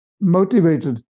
motivated